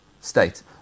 state